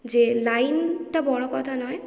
যে লাইনটা বড় কথা নয়